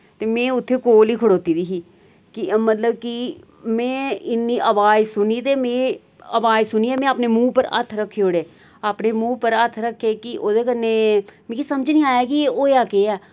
ते मैं उत्थै कोल ही खड़ोती दी ही कि मतलब कि मैं इन्नी अवाज सुनी ते मैं अवाज सुनियै मैं अपने मूंह् पर हत्थ रक्खी ओढ़े अपने मूंह् पर हत्थ रक्खे कि ओह्दे कन्नै मिकी समझ नि आया कि एह् होएया केह् ऐ